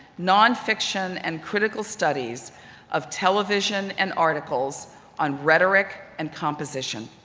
non fiction and critical studies of television and articles on rhetoric and composition.